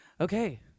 Okay